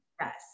Yes